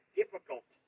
difficult